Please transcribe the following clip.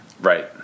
Right